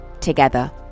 together